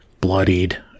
bloodied